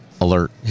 alert